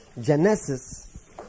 Genesis